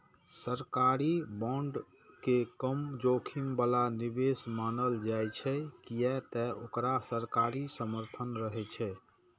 सरकारी बांड के कम जोखिम बला निवेश मानल जाइ छै, कियै ते ओकरा सरकारी समर्थन रहै छै